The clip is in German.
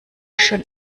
schon